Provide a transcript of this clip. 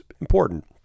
important